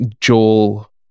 Joel